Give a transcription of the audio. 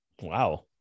Wow